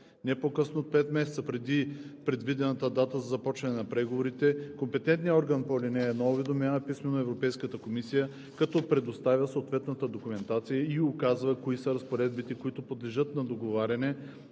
Не по-късно от 5 месеца преди предвидената дата за започване на преговорите компетентният орган по ал. 1 уведомява писмено Европейската комисия, като предоставя съответната документация и указва кои са разпоредбите, които подлежат на договаряне